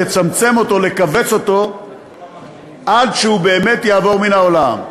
לצמצם אותו לכווץ אותו עד שהוא באמת יעבור מן העולם.